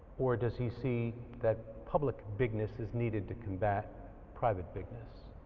or does he see that public bigness is needed to combat private bigness?